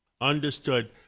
Understood